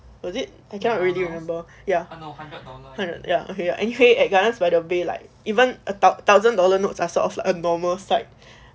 was it I can't really remember ya ya ya anyway at gardens by the bay like even a thousand dollar note are sort of like a normal sight